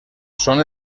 són